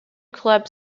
club